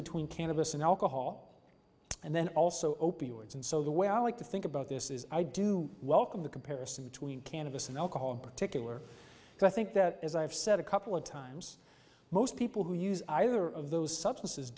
between cannabis and alcohol and then also opioids and so the way i like to think about this is i do welcome the comparison between cannabis and alcohol in particular and i think that as i've said a couple of times most people who use either of those substances